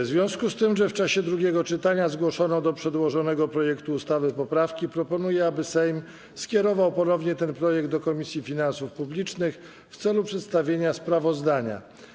W związku z tym, że w czasie drugiego czytania zgłoszono do przedłożonego projektu ustawy poprawki, proponuję, aby Sejm skierował ponownie ten projekt do Komisji Finansów Publicznych w celu przedstawienia sprawozdania.